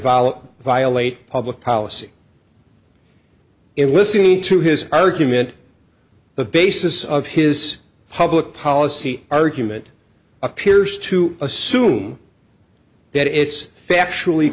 violate violate public policy in listening to his argument the basis of his public policy argument appears to assume that it's factually